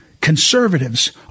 Conservatives